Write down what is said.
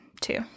two